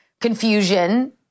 confusion